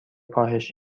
کاهش